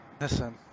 Listen